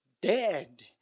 dead